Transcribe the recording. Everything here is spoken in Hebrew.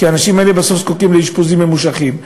כי האנשים האלה בסוף זקוקים לאשפוזים ממושכים.